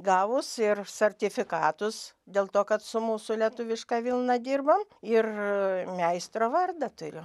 gavus ir sertifikatus dėl to kad su mūsų lietuviška vilna dirbam ir meistro vardą turiu